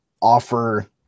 offer